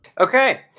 Okay